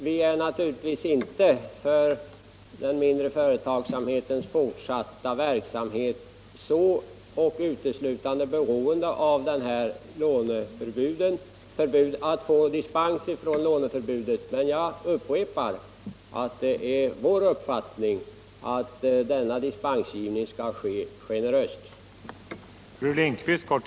Vi är naturligtvis inte för den mindre företagsamhetens fortsatta verksamhet uteslutande beroende av att få dispens från låneförbudet, men jag upprepar att det är vår uppfattning att denna dispensgivning skall ske generöst.